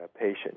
patient